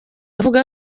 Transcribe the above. avuga